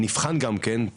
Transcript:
נבחן גם כן,